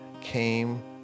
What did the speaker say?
came